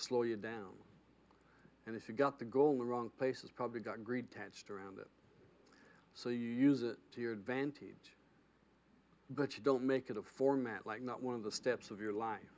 slow you down and if you've got the goal wrong place has probably got greed tensed around it so you use it to your advantage but you don't make it a format like not one of the steps of your life